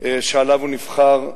שעליו הוא נבחר,